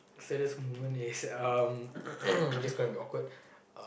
saddest moment is um that's quite awkward